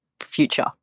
future